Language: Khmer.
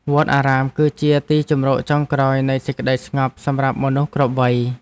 វត្តអារាមគឺជាទីជម្រកចុងក្រោយនៃសេចក្តីស្ងប់សម្រាប់មនុស្សគ្រប់វ័យ។